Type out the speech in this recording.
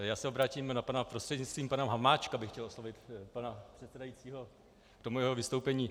Já se obrátím na pana prostřednictvím pana Hamáčka bych chtěl oslovit pana předsedajícího k tomu jeho vystoupení.